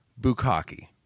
bukaki